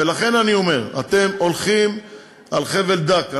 ולכן אני אומר: אתם הולכים על חבל דק.